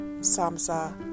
SAMSA